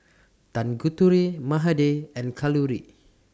Tanguturi Mahade and Kalluri